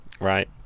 right